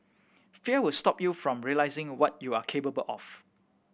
fear will stop you from realising what you are capable of